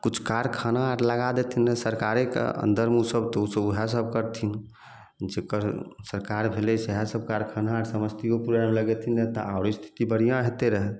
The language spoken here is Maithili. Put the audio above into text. किछु कारखाना आर लगा देथिन ने सरकारेके अंदरमे ओसब तऽ ओएह सब करथिन जेकर सरकार भेलै सएह सब कारखाना आर समस्तियोपुरमे लगेथिन तऽ आओरो स्थिति बढ़िआँ होयतै रऽ